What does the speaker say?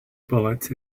bullets